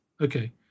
Okay